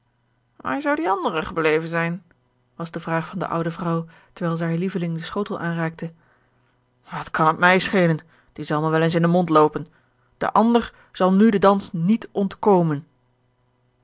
waar zou die andere gebleven zijn was de vraag van de oude vrouw terwijl zij haren lieveling den schotel aanreikte wat kan het mij schelen die zal mij wel eens in den mond loopen de ander zal nu den dans niet ontkomen